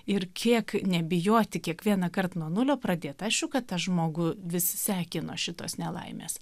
ir kiek nebijoti kiekvienąkart nuo nulio pradėt aišku kad tą žmogų vis sekino šitos nelaimės